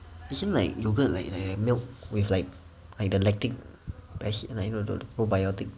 isn't like yoghurt like like like milk with like lactic acid probiotic